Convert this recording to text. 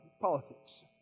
Politics